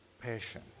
Passion